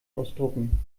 ausdrucken